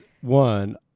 one